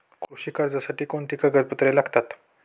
कृषी कर्जासाठी कोणती कागदपत्रे लागतात?